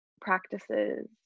practices